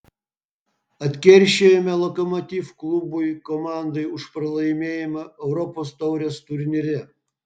atkeršijome lokomotiv klubui komandai už pralaimėjimą europos taurės turnyre